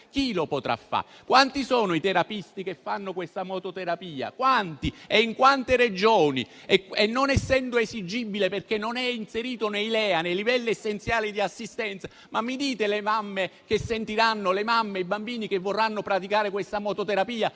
Chi la potrà fare? Quanti sono i terapisti che fanno la mototerapia? Quanti e in quante Regioni? E non essendo esigibile, perché non è inserito nei LEA, nei livelli essenziali di assistenza, mi dite le mamme e i bambini che vorranno praticare la mototerapia